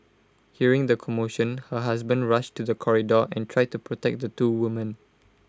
hearing the commotion her husband rushed to the corridor and tried to protect the two women